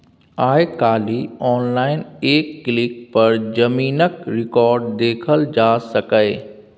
आइ काल्हि आनलाइन एक क्लिक पर जमीनक रिकॉर्ड देखल जा सकैए